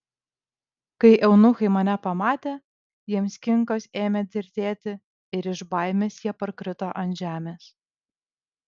kai eunuchai mane pamatė jiems kinkos ėmė tirtėti ir iš baimės jie parkrito ant žemės